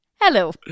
Hello